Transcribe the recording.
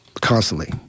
constantly